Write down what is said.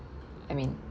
I mean